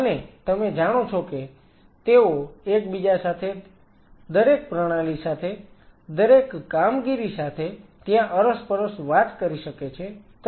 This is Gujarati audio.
અને તમે જાણો છો કે તેઓ એકબીજા સાથે દરેક પ્રણાલી સાથે દરેક કામગીરી સાથે ત્યાં અરસપરસ વાત કરી શકે છે